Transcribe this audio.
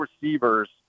receivers